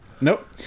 Nope